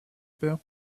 père